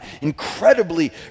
incredibly